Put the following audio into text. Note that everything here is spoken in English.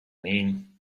mean